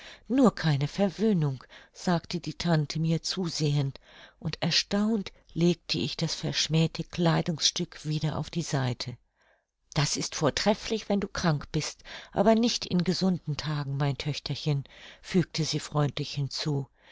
nur keine verwöhnung sagte die tante mir zusehend und erstaunt legte ich das verschmähte kleidungsstück wieder auf die seite das ist vortrefflich wenn du krank bist aber nicht in gesunden tagen mein töchterchen fügte sie freundlich hinzu